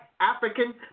African